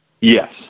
yes